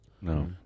No